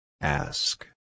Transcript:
Ask